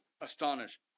astonished